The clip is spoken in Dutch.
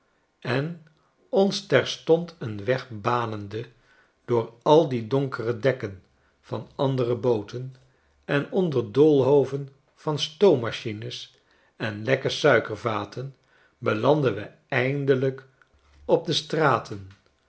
en ons terstond een wegbanende door al de donkere dekken van andere booten en onder doolhoven van stoommachines en lekke suikervaten belandden we eindelijk op de straten